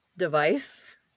device